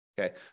Okay